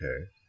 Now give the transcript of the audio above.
okay